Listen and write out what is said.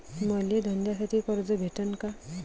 मले धंद्यासाठी कर्ज भेटन का?